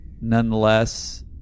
nonetheless